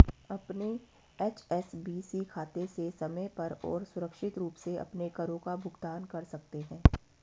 अपने एच.एस.बी.सी खाते से समय पर और सुरक्षित रूप से अपने करों का भुगतान कर सकते हैं